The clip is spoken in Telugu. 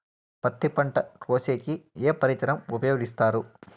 పత్తి పంట కోసేకి ఏ పరికరం ఉపయోగిస్తారు?